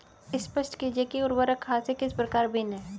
स्पष्ट कीजिए कि उर्वरक खाद से किस प्रकार भिन्न है?